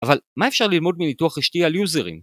אבל מה אפשר ללמוד מניתוח רשתי על יוזרים?